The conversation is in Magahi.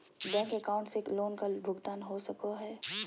बैंक अकाउंट से लोन का भुगतान हो सको हई?